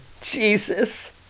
Jesus